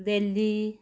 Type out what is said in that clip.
Delhi